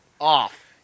off